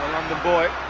the boys